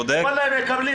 כל אלה מקבלים,